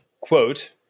Quote